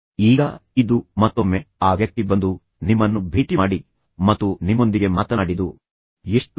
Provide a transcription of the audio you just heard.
ಈಗ ಇದು ಮತ್ತೊಮ್ಮೆ ಆ ವ್ಯಕ್ತಿ ಬಂದು ನಿಮ್ಮನ್ನು ಭೇಟಿ ಮಾಡಿ ಮತ್ತು ನಿಮ್ಮೊಂದಿಗೆ ಮಾತನಾಡಿದ್ದು ಎಷ್ಟು ಸಂತೋಷದ ವಿಷಯ ಎಂದು ವ್ಯಕ್ತಿಗೆ ಅನಿಸುತ್ತದೆ